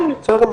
בסדר.